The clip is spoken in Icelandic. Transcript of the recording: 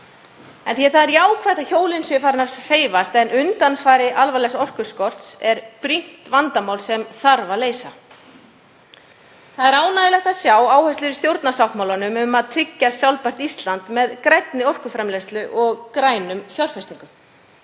á óvart. Það er jákvætt að hjólin séu farin að hreyfast en undanfari alvarlegs orkuskorts er brýnt vandamál sem þarf að leysa. Það er ánægjulegt að sjá áherslur í stjórnarsáttmálanum um að tryggja sjálfbært Ísland með grænni orkuframleiðslu og grænum fjárfestingum.